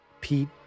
Pete